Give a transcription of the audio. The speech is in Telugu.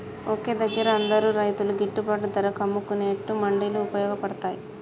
ఒకే దగ్గర అందరు రైతులు గిట్టుబాటు ధరకు అమ్ముకునేట్టు మండీలు వుపయోగ పడ్తాయ్